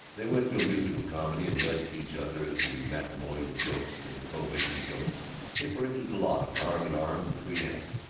they went to a musical comedy and nudged each other at the matrimonial jokes and the prohibition jokes they paraded the lobby, arm in arm, between acts,